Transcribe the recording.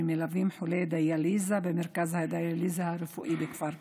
ליווי חולי דיאליזה במרכז הדיאליזה הרפואי בכפר קאסם.